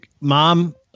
mom